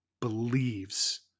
believes